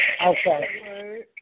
Okay